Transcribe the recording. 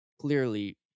clearly